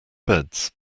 beds